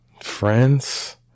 Friends